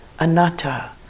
anatta